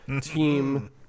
team